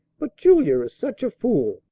but julia is such a fool!